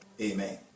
Amen